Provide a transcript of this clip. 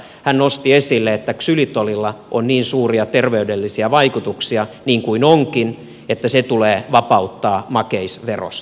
hän nosti esille sen että ksylitolilla on niin suuria terveydellisiä vaikutuksia niin kuin onkin että se tulee vapauttaa makeisverosta